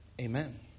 Amen